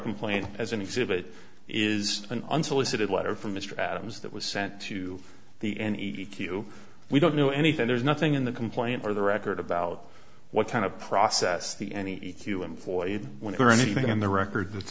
complaint as an exhibit is an unsolicited letter from mr adams that was sent to the an e q we don't know anything there's nothing in the complaint or the record about what kind of process the any you employ whenever anything in the record th